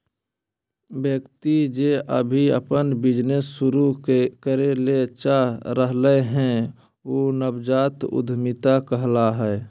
व्यक्ति जे अभी अपन बिजनेस शुरू करे ले चाह रहलय हें उ नवजात उद्यमिता कहला हय